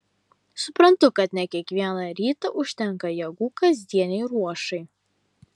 suprantu kad ne kiekvieną rytą užtenka jėgų kasdienei ruošai